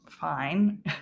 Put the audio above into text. fine